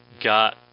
got